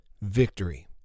victory